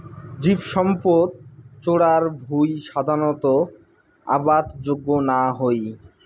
জীবসম্পদ চরার ভুঁই সাধারণত আবাদ যোগ্য না হই